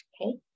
Okay